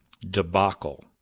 debacle